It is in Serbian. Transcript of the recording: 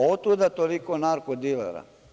Otuda toliko narko dilera.